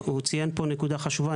הוא ציין פה נקודה חשובה.